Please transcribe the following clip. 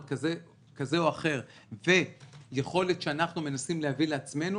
כזה או אחר ויכולת שאנחנו מנסים להביא לעצמנו